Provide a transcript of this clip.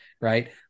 right